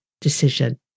decision